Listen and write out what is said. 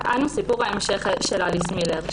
אנו סיפור ההמשך של אליס מילר,